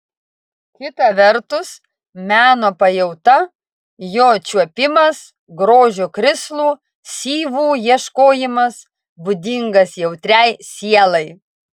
kita vertus meno pajauta jo čiuopimas grožio krislų syvų ieškojimas būdingas jautriai sielai